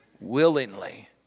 willingly